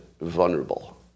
vulnerable